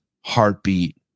heartbeat